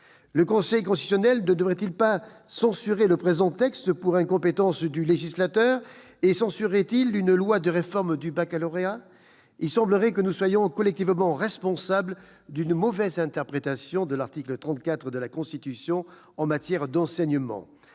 Le Conseil constitutionnel ne devrait-il pas censurer le présent texte pour incompétence du législateur ? Censurerait-il une loi portant réforme du baccalauréat ? Il semblerait que nous soyons collectivement responsables d'une mauvaise interprétation de l'article 34 de la Constitution en matière d'enseignement.